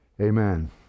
Amen